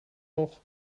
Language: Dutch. nog